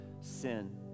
sin